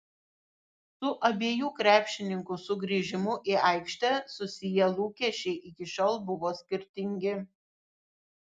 su abiejų krepšininkų sugrįžimu į aikštę susiję lūkesčiai iki šiol buvo skirtingi